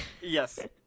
yes